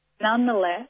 nonetheless